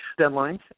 Deadlines